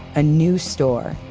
a new store.